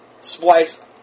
splice